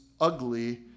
ugly